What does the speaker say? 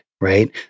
right